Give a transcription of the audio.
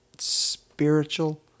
Spiritual